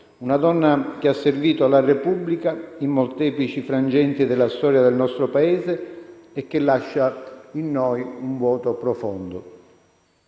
una donna che ha servito la Repubblica in molteplici frangenti della storia del nostro Paese e che lascia in noi un vuoto profondo.